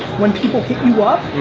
when people hit you up,